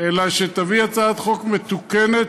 אלא שתביא הצעת חוק מתוקנת,